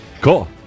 Cool